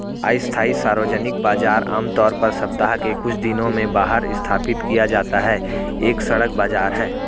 अस्थायी सार्वजनिक बाजार, आमतौर पर सप्ताह के कुछ दिनों में बाहर स्थापित किया जाता है, एक सड़क बाजार है